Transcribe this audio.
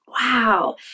Wow